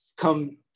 come